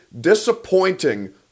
disappointing